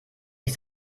ich